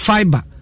Fiber